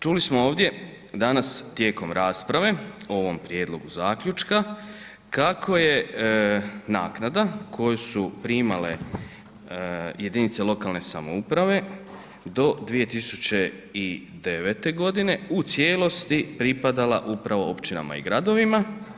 Čuli smo ovdje danas tijekom rasprave o ovom prijedlogu zaključka kako je naknada koju su primale jedinice lokalne samouprave do 2009.g. u cijelosti pripadala upravo općinama i gradovima.